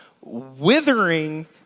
Withering